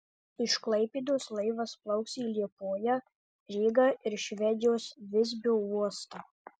iš klaipėdos laivas plauks į liepoją rygą ir švedijos visbio uostą